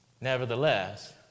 Nevertheless